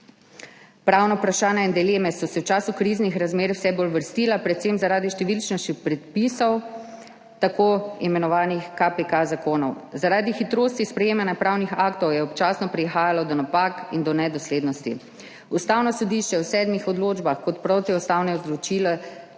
Pravna vprašanja in dileme so se v času kriznih razmer vse bolj vrstile, predvsem zaradi številnosti predpisov tako imenovanih zakonov PKP. Zaradi hitrosti sprejemanja pravnih aktov je občasno prihajalo do napak in do nedoslednosti. Ustavno sodišče je v sedmih odločbah kot protiustavne izločilo